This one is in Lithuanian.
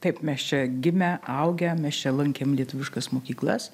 taip taip mes čia gimę augę mes čia lankėm lietuviškas mokyklas